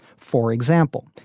for example,